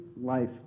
life